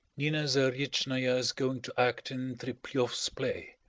nina zarietchnaya is going to act in treplieff's play.